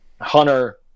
Hunter